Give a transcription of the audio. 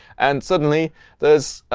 and suddenly there's,